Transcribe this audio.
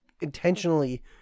intentionally